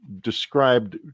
described